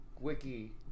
wiki